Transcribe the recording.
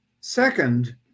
Second